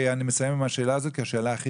מסיים עם השאלה הזאת כי היא השאלה הכי